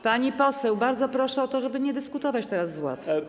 Pani poseł, bardzo proszę o to, żeby nie dyskutować teraz z ław.